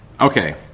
Okay